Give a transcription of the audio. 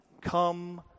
come